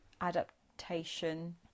adaptation